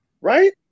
Right